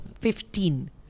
Fifteen